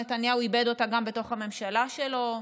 נתניהו איבד אותה גם בתוך הממשלה שלו?